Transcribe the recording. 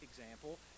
example